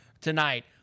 tonight